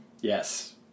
Yes